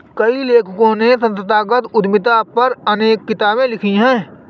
कई लेखकों ने संस्थागत उद्यमिता पर अनेक किताबे लिखी है